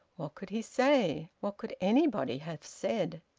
what could he say? what could anybody have said?